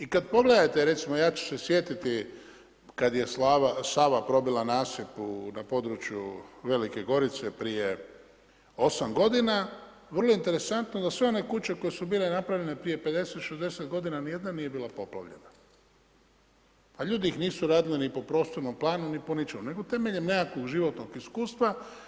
I kada pogledate, recimo, ja ću se sjetiti, kada je Sava probila nasip na području Velike Gorice, prije 8 g. vrlo interesantno, da sve one kuće , koje su bile napravljene, prije 50-60 g. ni jedna nije bila poplavljena, a ljudi ih nisu radili ni po prostornom planu, ni po ničemu, nego temeljem nekakvog životnog iskustva.